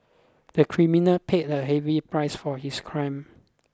the criminal paid a heavy price for his crime